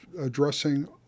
addressing